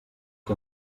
que